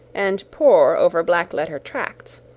and pore over black-letter tracts,